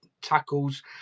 tackles